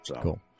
Cool